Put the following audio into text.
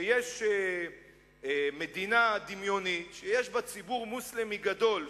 שיש מדינה דמיונית שיש בה ציבור מוסלמי גדול שבוחר,